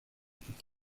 equipo